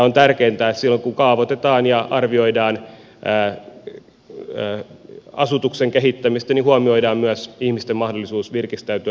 on tärkeintä että silloin kun kaavoitetaan ja arvioidaan asutuksen kehittämistä huomioidaan myös ihmisten mahdollisuus virkistäytyä lähimetsissä